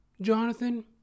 Jonathan